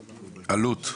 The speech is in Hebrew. אלו"ט.